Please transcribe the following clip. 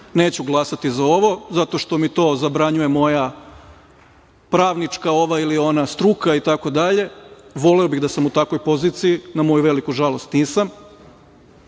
neću glasati za ovo zato što mi to zabranjuje moja pravnička, ova ili ona struka itd. voleo bih da sam u takvoj poziciji. Na moju veliku žalost nisam.